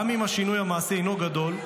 גם אם השינוי המעשי אינו גדול,